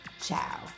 ciao